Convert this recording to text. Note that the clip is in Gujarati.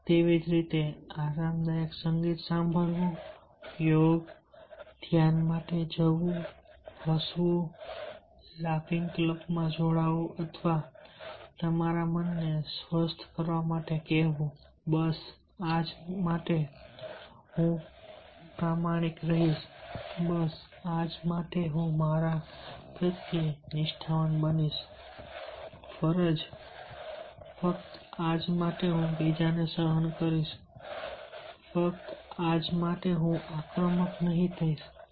અને તેવી જ રીતે આરામદાયક સંગીત સાંભળવું યોગ અને ધ્યાન માટે જવું હસવું લાફિંગ ક્લબમાં જોડાવું અથવા તમારા મનને સ્વસ્થ કરવા માટે કહેવું બસ આજ માટે હું પ્રામાણિક રહીશ બસ આજ માટે હું મારા પ્રત્યે નિષ્ઠાવાન બનીશ ફરજ ફક્ત આજ માટે હું બીજાને સહન કરીશ ફક્ત આજ માટે હું આક્રમક નહીં થઈશ